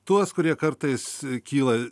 tuos kurie kartais kyla